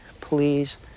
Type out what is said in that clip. Please